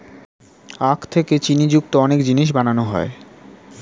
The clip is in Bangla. আখ থেকে চিনি যুক্ত অনেক জিনিস বানানো হয়